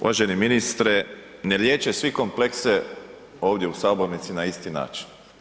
Uvaženi ministre ne liječe svi komplekse ovdje u sabornici na isti način.